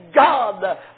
God